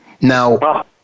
Now